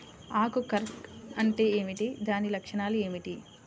ఆకు కర్ల్ అంటే ఏమిటి? దాని లక్షణాలు ఏమిటి?